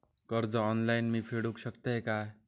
कर्ज ऑनलाइन मी फेडूक शकतय काय?